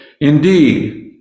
Indeed